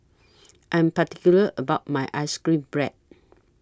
I Am particular about My Ice Cream Bread